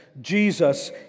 Jesus